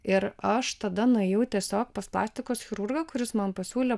ir aš tada nuėjau tiesiog pas plastikos chirurgą kuris man pasiūlė